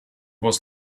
was